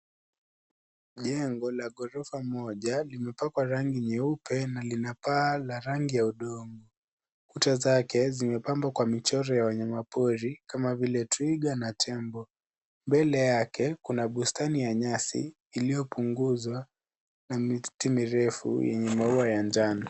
Jengo la ghorofa moja lililopakwa rangi nyeupe na ina paa la rangi ya hudhurungi. Kuta zake zimepambwa kwa michoro vya wanyama pori kama vile twiga na tembo, Mbele yake ,kuna bustani ya nyasi iliyopunguzwa na miti mirefu yenye maua ya manjano.